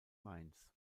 mainz